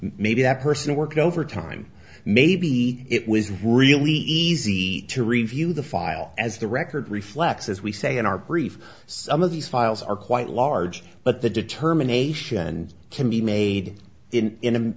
maybe that person worked overtime maybe it was really easy to review the file as the record reflects as we say in our brief some of these files are quite large but the determination can be made in